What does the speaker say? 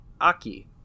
aki